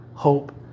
Hope